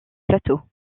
plateau